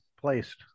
placed